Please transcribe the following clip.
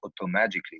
automatically